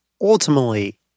ultimately